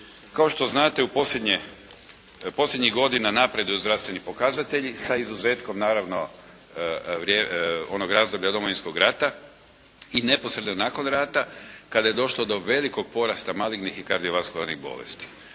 posljednje, posljednjih godina napreduju zdravstveni pokazatelji sa izuzetkom naravno onog razdoblja Domovinskog rata i neposredno nakon rata kada je došlo do velikog porasta malignih i kardiovaskularnih bolesti.